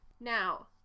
Now